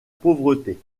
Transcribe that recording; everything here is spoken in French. pauvreté